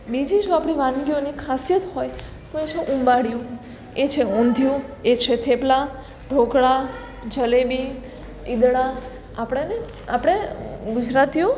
બીજી જો આપણી વાનગીઓની ખાસિયત હોય તો એ છે ઊંબાળિયું એ છે ઊંધિયું એ છે થેપલા ઢોકળા જલેબી ઈદળા આપણાને આપણે ગુજરાતીઓ